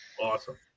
Awesome